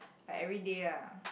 like everyday lah